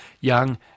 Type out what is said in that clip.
Young